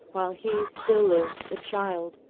while he still lived a child,